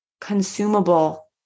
consumable